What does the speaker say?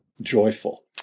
joyful